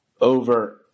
over